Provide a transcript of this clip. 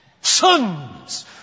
sons